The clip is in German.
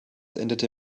endete